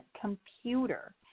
computer